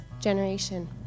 generation